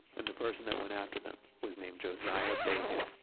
and the person that went after them was named josiah bacon,